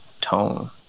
Tone